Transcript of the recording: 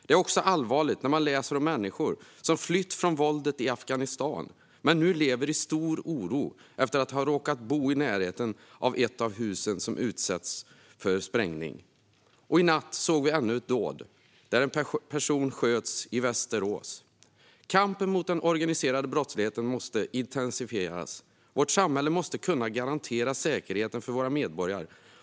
Det är också allvarligt när man läser om människor som flytt från våldet i Afghanistan men nu lever i stor oro efter att ha råkat bo i närheten av ett av husen som utsatts för sprängning. Och i natt såg vi ännu ett dåd där en person sköts i Västerås. Kampen mot den organiserade brottsligheten måste intensifieras. Vårt samhälle måste kunna garantera säkerheten för våra medborgare.